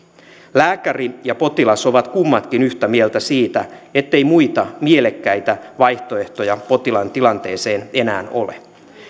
lääkäri ja potilas ovat kummatkin yhtä mieltä siitä ettei muita mielekkäitä vaihtoehtoja potilaan tilanteeseen enää ole